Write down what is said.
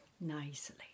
nicely